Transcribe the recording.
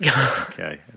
Okay